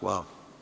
Hvala.